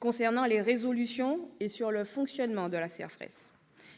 concernant le fonctionnement de la CERFRES,